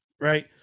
right